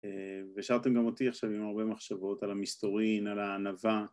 ושאלתם גם אותי עכשיו עם הרבה מחשבות על המסתורין, על הענבה